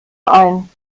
ein